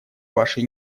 вашей